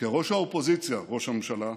כראש האופוזיציה, ראש הממשלה,